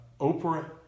Oprah